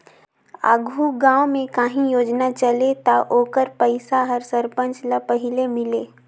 आघु गाँव में काहीं योजना चले ता ओकर पइसा हर सरपंच ल पहिले मिले